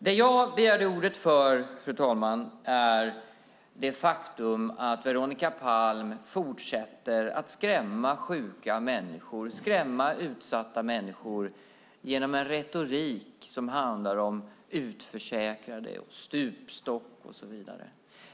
Det jag begärde ordet för, fru talman, är det faktum att Veronica Palm fortsätter att skrämma sjuka och utsatta människor genom en retorik som handlar om utförsäkrade, stupstock och så vidare.